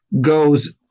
goes